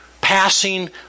passing